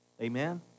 Amen